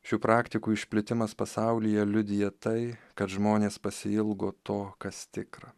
šių praktikų išplitimas pasaulyje liudija tai kad žmonės pasiilgo to kas tikra